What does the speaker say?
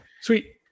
sweet